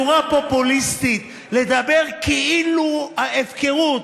בצורה פופוליסטית, לדבר כאילו בהפקרות.